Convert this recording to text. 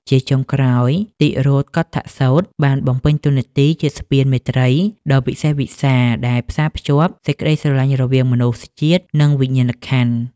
ជាចុងក្រោយ តិរោកុឌ្ឍសូត្របានបំពេញតួនាទីជាស្ពានមេត្រីដ៏វិសេសវិសាល ដែលផ្សារភ្ជាប់សេចក្ដីស្រឡាញ់រវាងមនុស្សជាតិ និងវិញ្ញាណក្ខន្ធ។